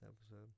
episode